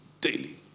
Daily